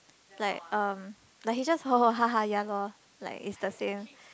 like um like he just ho ho ha ha ya loh like it's the same